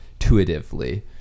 intuitively